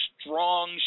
strong